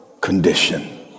Condition